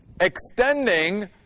extending